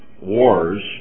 wars